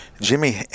Jimmy